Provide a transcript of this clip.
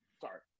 Sorry